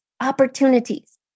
opportunities